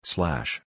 Slash